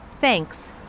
Thanks